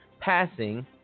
passing